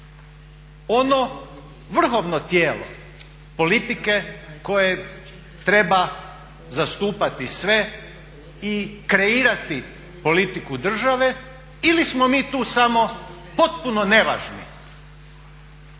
ono vrhovno tijelo politike koje treba zastupati sve i kreirati politiku države ili smo mi ti samo potpuno nevažni.